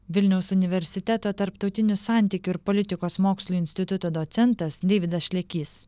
vilniaus universiteto tarptautinių santykių ir politikos mokslų instituto docentas deividas šlekys